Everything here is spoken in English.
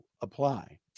apply